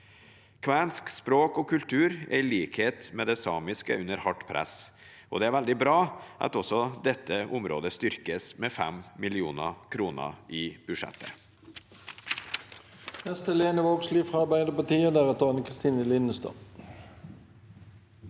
Kvensk språk og kultur er i likhet med samisk språk og kultur under hardt press, og det er veldig bra at også dette området styrkes med 5 mill. kr i budsjettet.